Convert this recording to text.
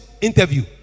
interview